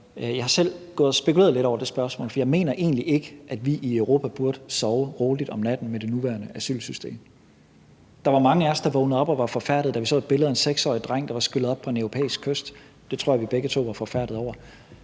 Jeg har selv gået og spekuleret lidt over det spørgsmål, for jeg mener egentlig ikke, at vi i Europa burde sove roligt om natten med det nuværende asylsystem. Der var mange af os, der vågnede op og var forfærdede, da vi så et billede af en 6-årig dreng, der var skyllet op på en europæisk kyst. Det tror jeg vi begge to var forfærdede over.